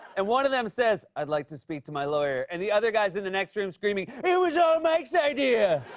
and one of them says, i'd like to speak to my lawyer, and the other guy's in the next room, screaming, it was all mike's idea!